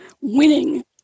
winning